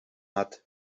hat